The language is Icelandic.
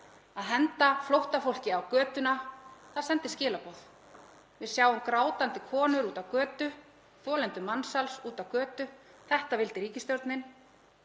að henda flóttafólki á götuna. Það sendir skilaboð. Við sjáum grátandi konur úti á götu, þolendur mansals úti á götu. Þetta vildi ríkisstjórnin.